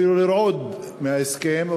אפילו לרעוד מההסכם,